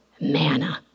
Manna